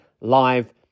live